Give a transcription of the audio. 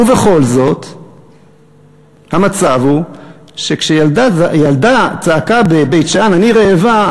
ובכל זאת המצב הוא שכשילדה צעקה בבית-שאן: אני רעבה,